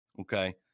Okay